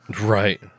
Right